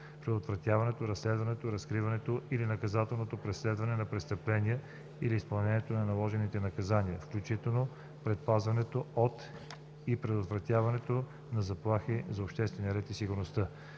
предотвратяването, разследването, разкриването или наказателното преследване на престъпления или изпълнението на наложените наказания, включително предпазването от и предотвратяването на заплахи за обществения ред и сигурност;